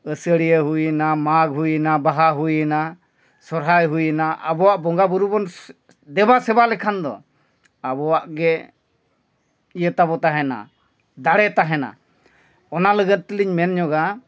ᱟᱥᱟᱲᱤᱭᱟᱹ ᱦᱩᱭᱮᱱᱟ ᱢᱟᱜ ᱦᱩᱭᱮᱱᱟ ᱵᱟᱦᱟ ᱦᱩᱭᱱᱟ ᱥᱚᱦᱚᱨᱟᱭ ᱦᱩᱭᱮᱱᱟ ᱟᱵᱚᱣᱟᱜ ᱵᱚᱸᱜᱟ ᱵᱩᱨᱩ ᱵᱚᱱ ᱫᱮᱵᱟ ᱥᱮᱵᱟ ᱞᱮᱠᱷᱟᱱ ᱫᱚ ᱟᱵᱚᱣᱟᱜ ᱜᱮ ᱤᱭᱟᱹ ᱛᱟᱵᱚ ᱛᱟᱦᱮᱱᱟ ᱫᱟᱲᱮ ᱛᱟᱦᱮᱱᱟ ᱚᱱᱟ ᱞᱟᱹᱜᱤᱫ ᱛᱮᱞᱤᱧ ᱢᱮᱱ ᱧᱚᱜᱟ